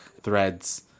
threads